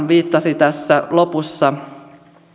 viittasi tässä lopussa